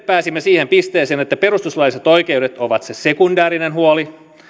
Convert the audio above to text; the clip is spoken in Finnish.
pääsimme siihen pisteeseen että perustuslailliset oikeudet ovat se sekundäärinen huoli